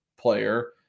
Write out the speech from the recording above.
player